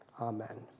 amen